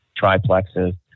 triplexes